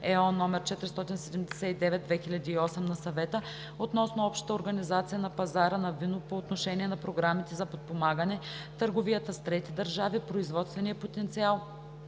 (ЕО) № 479/2008 на Съвета относно общата организация на пазара на вино по отношение на програмите за подпомагане, търговията с трети държави, производствения потенциал